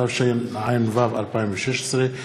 התשע"ו 2016,